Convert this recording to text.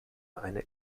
eine